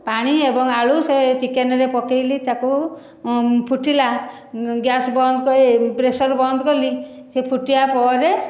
ପାଣି ଏବଂ ଆଳୁ ସେ ଚିକେନରେ ପକେଇଲି ତାକୁ ଫୁଟିଲା ଗ୍ୟାସ ବନ୍ଦ କରି ପ୍ରେସର ବନ୍ଦ କଲି ସେ ଫୁଟିବା ପରେ